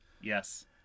Yes